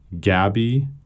Gabby